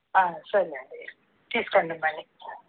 సరే అండి తీసుకోండి మనీ